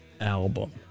album